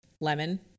lemon